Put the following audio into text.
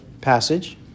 passage